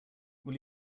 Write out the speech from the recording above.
will